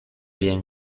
bien